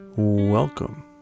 Welcome